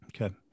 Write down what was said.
Okay